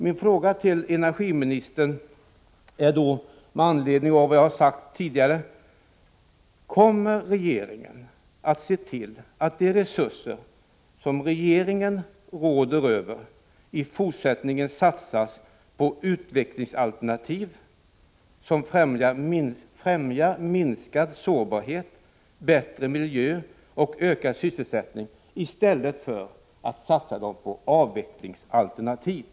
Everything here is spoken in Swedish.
Med anledning av vad jag tidigare har sagt är min fråga till energiministern: Kommer regeringen att se till att de resurser som regeringen råder över i fortsättningen satsas på utvecklingsalternativ som främjar minskad sårbarhet, bättre miljö och ökad sysselsättning i stället för på avvecklingsalternativ?